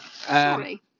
Sorry